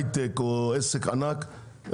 הייטק או עסק ענק,